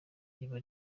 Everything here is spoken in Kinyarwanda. riba